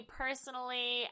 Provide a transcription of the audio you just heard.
personally